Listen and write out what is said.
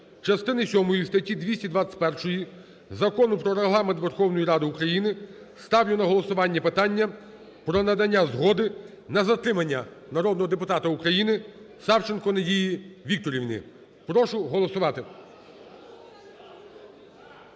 частини сьомої статті 221 Закону "Про Регламент Верховної Ради України" ставлю на голосування питання про надання згоди на затримання народного депутата України Савченко Надії Вікторівни. Прошу голосувати.